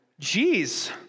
Jeez